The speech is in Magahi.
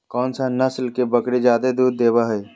कौन सा नस्ल के बकरी जादे दूध देबो हइ?